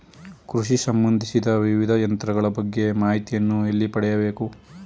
ಕೃಷಿ ಸಂಬಂದಿಸಿದ ವಿವಿಧ ಯಂತ್ರಗಳ ಬಗ್ಗೆ ಮಾಹಿತಿಯನ್ನು ಎಲ್ಲಿ ಪಡೆಯಬೇಕು?